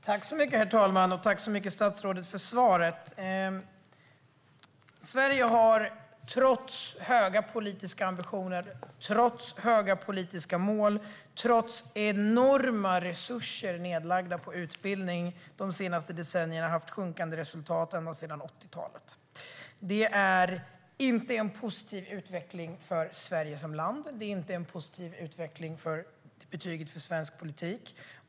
Herr talman! Jag tackar statsrådet så mycket för svaret. Sverige har, trots höga politiska ambitioner, höga politiska mål och enorma resurser nedlagda på utbildning, haft sjunkande resultat de senaste decennierna, ända sedan 80-talet. Det är inte en positiv utveckling för Sverige som land. Det är inte en positiv utveckling för betyget för svensk politik.